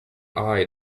eyed